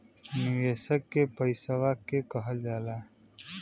निवेशक के पइसवा के कहल जाला